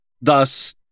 Thus